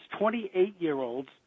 28-year-olds